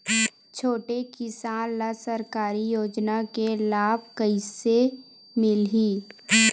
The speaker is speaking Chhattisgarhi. छोटे किसान ला सरकारी योजना के लाभ कइसे मिलही?